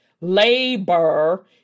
labor